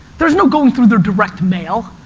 there's no going through their direct mail.